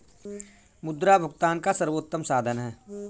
मुद्रा भुगतान का सर्वोत्तम साधन है